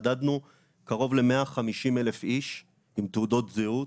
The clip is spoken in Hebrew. מדדנו קרוב ל-150,000 איש עם תעודות זהות.